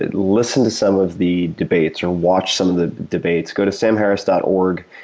ah listen to some of the debates or watch some of the debates. go to samharris dot org.